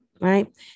right